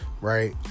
right